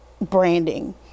branding